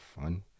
fun